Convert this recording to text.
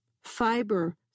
fiber